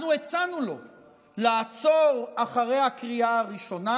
אנחנו הצענו לו לעצור אחרי הקריאה הראשונה,